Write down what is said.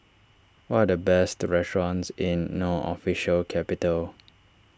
what are the best restaurants in No Official Capital